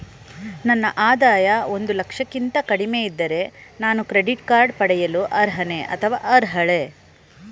ನನ್ನ ಆದಾಯ ಒಂದು ಲಕ್ಷಕ್ಕಿಂತ ಕಡಿಮೆ ಇದ್ದರೆ ನಾನು ಕ್ರೆಡಿಟ್ ಕಾರ್ಡ್ ಪಡೆಯಲು ಅರ್ಹನೇ ಅಥವಾ ಅರ್ಹಳೆ?